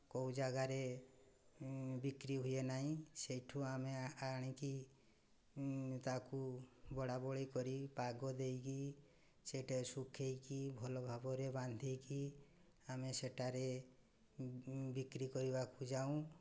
କେଉଁ ଜାଗାରେ ବିକ୍ରି ହୁଏ ନାହିଁ ସେଇଠୁ ଆମେ ଆଣିକି ତାକୁ ବୋଳାବୋଳି କରି ପାଗ ଦେଇକି ସେଇଟା ସୁଖାଇକି ଭଲ ଭାବରେ ବାନ୍ଧିକି ଆମେ ସେଠାରେ ବିକ୍ରି କରିବାକୁ ଯାଉ